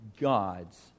God's